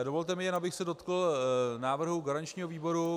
Dovolte mi jen, abych se dotkl návrhu garančního výboru.